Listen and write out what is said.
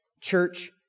church